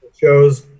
Shows